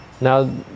Now